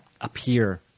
appear